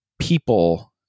people